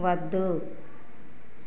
వద్దు